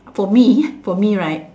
for me for me right